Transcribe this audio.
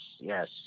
yes